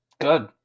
Good